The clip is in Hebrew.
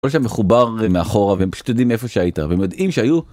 ‫הכל שם מחובר מאחורה, ‫והם פשוט יודעים איפה שהיית, ‫והם יודעים שהיו